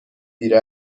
دیر